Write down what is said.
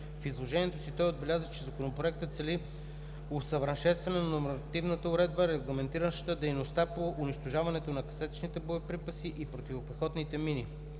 В изложението си той отбеляза, че Законопроектът цели усъвършенстване на нормативната уредба, регламентираща дейността по унищожаването на касетъчните боеприпаси и противопехотните мини.